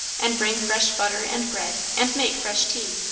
and bring fresh butter, and bread, and make fresh tea.